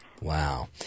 Wow